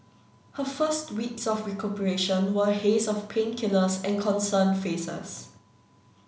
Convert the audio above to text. her first weeks of recuperation were a haze of painkillers and concerned faces